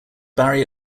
barrie